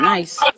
Nice